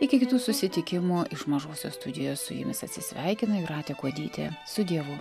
iki kitų susitikimų iš mažosios studijos su jumis atsisveikina jūratė kuodytė su dievu